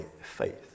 faith